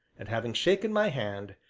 and, having shaken my hand,